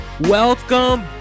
Welcome